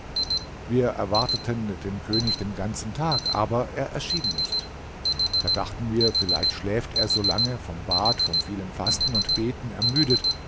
wir erwarteten den könig den ganzen tag aber er erschien nicht da dachten wir vielleicht schläft er so lange vom bad vielem fasten und beten ermüdet